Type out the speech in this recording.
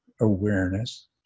awareness